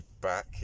back